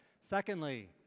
Secondly